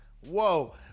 Whoa